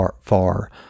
far